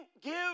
give